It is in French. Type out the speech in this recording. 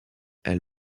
elle